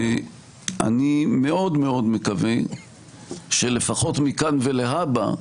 אני מאוד מאוד מקווה שלפחות מכאן ולהבא,